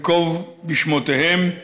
אנקוב בשמותיהם: